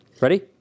Ready